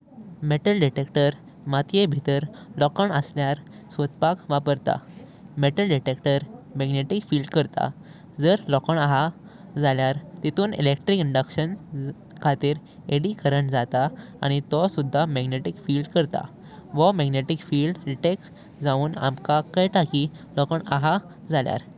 मेटल डिटेक्टर मातिएं भितर लोकांव आस्कयर सोदपक वापरता। मेटल डिटेक्टर मॅग्नेटिक फील्ड करता। जर लोकांव आसा जाल्यार तितून इलेक्ट्रिक इंडक्शन खायतार इड्डी करंट जाता आनी तो सुदा मॅग्नेटिक फील्ड करता। वो मॅग्नेटिक फील्ड डिटेक्ट जावून अंकातं की लोकांव आसा जाल्यार।